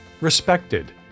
respected